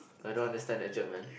I don't understand that joke man